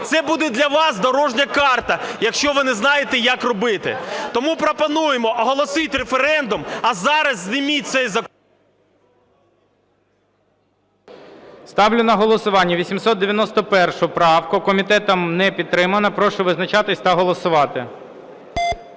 Це буде для вас дорожня карта, якщо ви не знаєте як робити. Тому пропонуємо оголосити референдум. А зараз зніміть цей закон. ГОЛОВУЮЧИЙ. Ставлю на голосування 891 правку. Комітетом не підтримана. Прошу визначатись та голосувати.